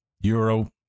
euro